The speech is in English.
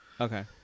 Okay